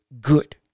good